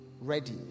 ready